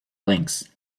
links